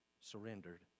surrendered